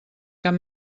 cap